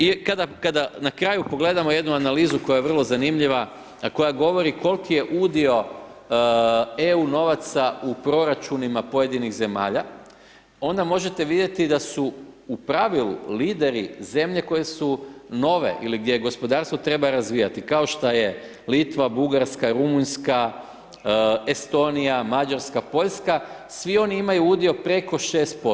I kada, kada na kraju pogledamo jednu analizu koja je vrlo zanimljiva, a koja govori kol'ki je udio EU novaca u proračunima pojedinih zemalja, onda možete vidjeti da su u pravilu lideri zemlje koje su nove, ili gdje je gospodarstvo treba razvijati, kao šta je Litva, Bugarska, Rumunjska, Estonija, Mađarska, Poljska, svi oni imaju udio preko 6%